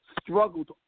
struggled